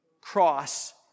cross